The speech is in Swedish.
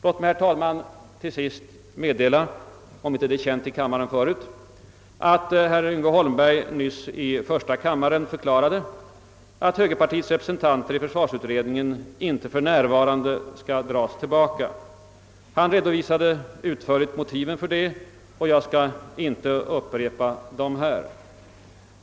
Låt mig, herr talman, till sist meddela, om det inte är känt i kammaren förut, att herr Yngve Holmberg nyss i första kammaren förklarade att högerpartiets representanter i försvarsutredningen inte för närvarande skall dras tillbaka. Han redovisade utförligt motiven för detta, och jag skall här inte upprepa dem.